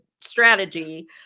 strategy